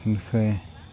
বিষয়ে